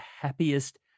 happiest